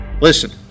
Listen